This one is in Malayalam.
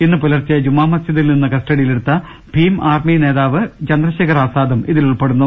ഇന്ന് പുലർച്ചെ ജുമാമസ്ജിദിൽ നിന്ന് കസ്റ്റഡിയിലെടുത്ത ഭീം ആർമി നേതാവ് ചന്ദ്രശേഖർ ആസാദും ഇതിൽ ഉൾപ്പെടുന്നു